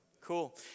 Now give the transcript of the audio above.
Cool